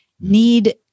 need